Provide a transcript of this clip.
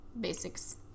Basics